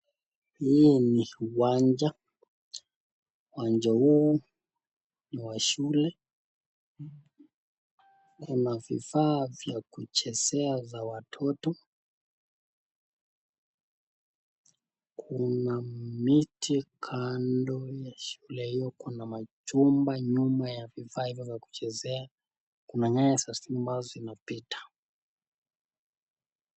Hii ni uwanja, uwanja huu ni wa shule ,kuna vifaa za kuchezea za watoto , kuna miti kando ya shule hio kuna machumba nyuma ya vifaa hivyo vya kuchezea ,kuna nyaya za stima zinapita.